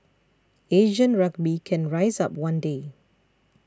Asian rugby can rise up one day